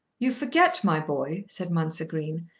you forget, my boy, said mounser green,